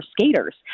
skaters